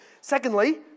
Secondly